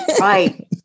Right